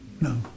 No